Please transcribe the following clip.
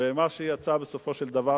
ומה שיצא בסופו של דבר,